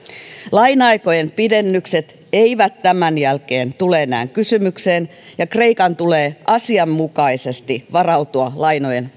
laina aikojen pidennykset eivät tämän jälkeen tule enää kysymykseen ja kreikan tulee asianmukaisesti varautua lainojen